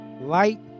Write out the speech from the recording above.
light